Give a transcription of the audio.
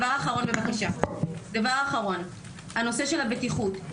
דבר אחרון, הנושא של הבטיחות.